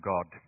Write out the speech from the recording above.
God